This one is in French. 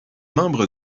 membre